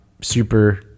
super